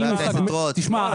תשמע,